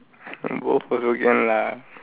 both also can lah